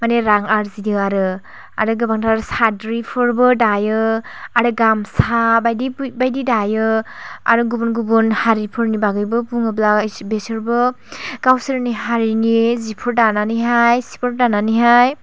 मानि रां आरजिदों आरो आरो गोबांथार साद्रिफोरबो दायो आरो गामसा बायदि बायदि दायो आरो गुबुन गुबुन हारिफोरनि बागैबो बुङोब्ला बिसोरबो गावसोरनि हारिनि जिफोर दानानैहाय सिफोर दानानैहाय